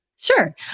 Sure